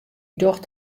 docht